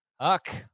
Huck